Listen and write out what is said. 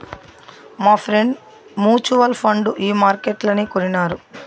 మాఫ్రెండ్ mutual fund ఈ మార్కెట్లనే కొనినారు